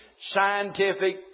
scientific